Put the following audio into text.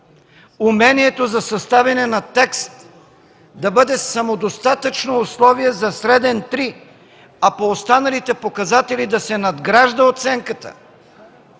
Умението за съставяне на текст да бъде самодостатъчно условие за среден (3), а по останалите показатели да се надгражда оценката.